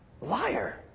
Liar